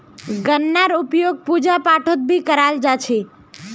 गन्नार उपयोग पूजा पाठत भी कराल जा छे